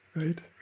Right